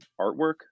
artwork